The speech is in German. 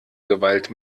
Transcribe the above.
gewalt